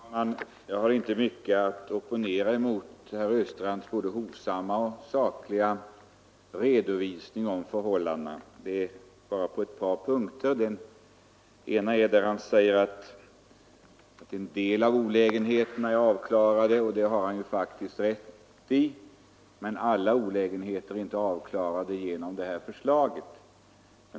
Herr talman! Jag har inte mycket att erinra mot herr Östrands både hovsamma och sakliga redovisning av förhållandena. Det är bara på ett par punkter jag vill invända. Han säger att en del av olägenheterna är uppklarade. Det har han faktiskt rätt i, men alla olägenheter är inte uppklarade genom det här förslaget.